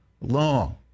long